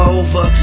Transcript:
over